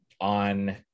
on